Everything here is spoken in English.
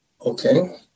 Okay